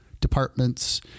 departments